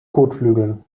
kotflügeln